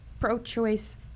pro-choice